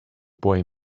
boy